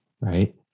Right